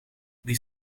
wie